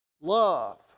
love